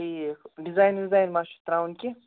ٹھیٖک ڈِزایِن وِزایِن ما چھُ ترٛاوُن کیٛنٛہہ